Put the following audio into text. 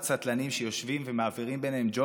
הזה.